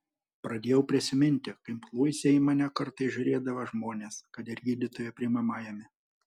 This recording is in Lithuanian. pradėjau prisiminti kaip luise į mane kartais žiūrėdavo žmonės kad ir gydytojo priimamajame